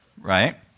Right